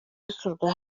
bikorwa